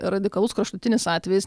radikalus kraštutinis atvejis